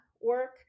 work